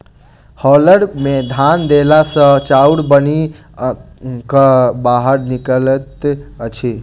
hauler मे धान देला सॅ चाउर बनि क बाहर निकलैत अछि